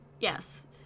Yes